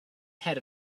head